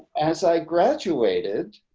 as i graduated,